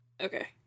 Okay